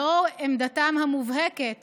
לאור עמדתם המובהקת